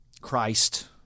Christ